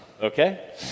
Okay